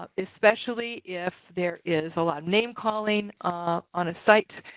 ah especially if there is a lot of name calling on a site,